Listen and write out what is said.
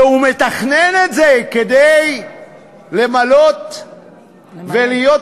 והוא מתכנן את זה כדי למלא ולהיות